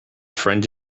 friend